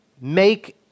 make